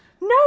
No